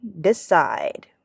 decide